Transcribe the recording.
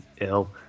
ill